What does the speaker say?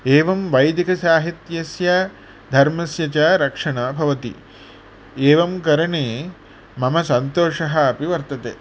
एवं वैदिकसाहित्यस्य धर्मस्य च रक्षण भवति एवं करणे मम सन्तोषः अपि वर्तते